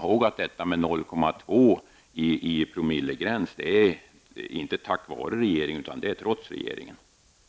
Men vi får komma ihåg att 0,2 som promillegräns har införts inte tack vare regeringen, utan trots regeringen.